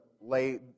lay